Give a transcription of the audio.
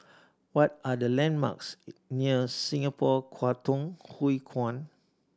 what are the landmarks near Singapore Kwangtung Hui Kuan